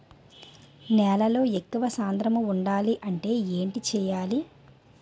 నేలలో ఎక్కువ సాంద్రము వుండాలి అంటే ఏంటి చేయాలి?